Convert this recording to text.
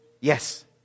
Yes